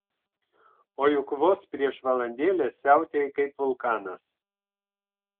o juk vos prieš valandėlę siautėjai kaip vulkanas